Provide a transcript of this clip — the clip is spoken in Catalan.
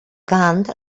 cant